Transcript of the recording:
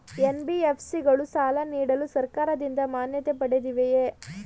NBFC ಗಳು ಸಾಲ ನೀಡಲು ಸರ್ಕಾರದಿಂದ ಮಾನ್ಯತೆ ಪಡೆದಿವೆಯೇ?